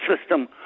system